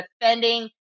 defending